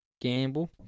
gamble